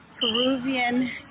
Peruvian